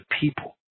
people